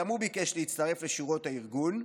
ביקש גם הוא להצטרף לשורות הארגון,